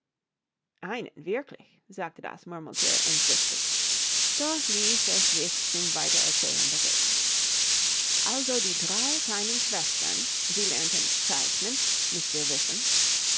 einen wirklich sagte das murmelthier entrüstet doch ließ es sich zum weitererzählen bewegen also die drei kleinen schwestern sie lernten zeichnen müßt ihr wissen